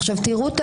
עכשיו תראה את